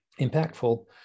impactful